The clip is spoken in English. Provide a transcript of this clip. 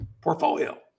portfolio